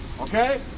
okay